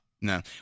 No